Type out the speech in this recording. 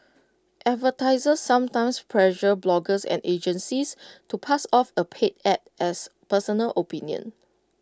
advertisers sometimes pressure bloggers and agencies to pass off A paid Ad as personal opinion